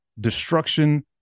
destruction